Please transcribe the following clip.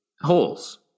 holes